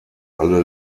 alle